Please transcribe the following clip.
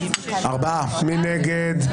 מי נגד?